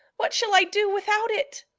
what shall i do without it!